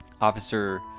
Officer